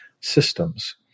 systems